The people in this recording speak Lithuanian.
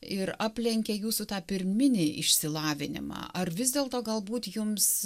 ir aplenkė jūsų tą pirminį išsilavinimą ar vis dėlto galbūt jums